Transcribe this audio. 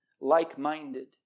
like-minded